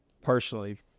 personally